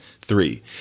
three